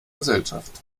gesellschaft